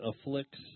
afflicts